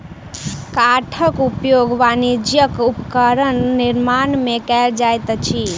काठक उपयोग वाणिज्यक उपकरण निर्माण में कयल जाइत अछि